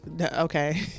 okay